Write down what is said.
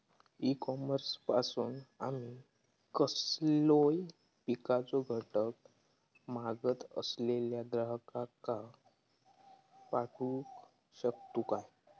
E commerce पासून आमी कसलोय पिकाचो घटक मागत असलेल्या ग्राहकाक पाठउक शकतू काय?